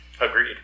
Agreed